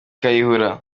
kayihura